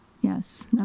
Yes